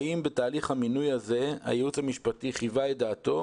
האם בתהליך המינוי הזה הייעוץ המשפטי חיווה את דעתו